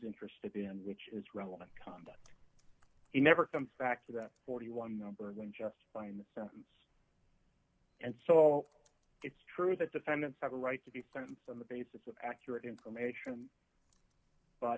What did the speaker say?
interested in which is relevant come he never comes back to that forty one number when justifying the sentence and so it's true that defendants have a right to be sentenced on the basis of accurate information but